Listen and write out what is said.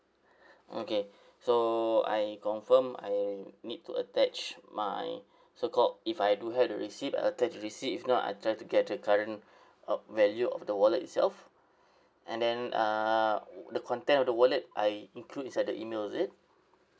okay so I confirm I need to attach my so called if I do had the receipt I attach the receipt if not I try to get the current uh value of the wallet itself and then uh the content of the wallet I include inside the email is it